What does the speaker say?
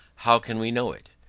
how can we know it.